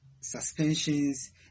suspensions